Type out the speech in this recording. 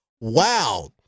Wow